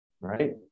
Right